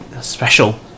special